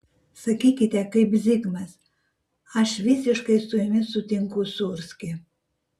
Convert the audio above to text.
sakykite kaip zigmas aš visiškai su jumis sutinku sūrski